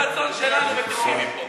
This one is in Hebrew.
תחזקי את הרצון שלנו ותלכי מפה.